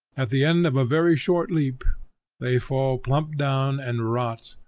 at the end of a very short leap they fall plump down and rot,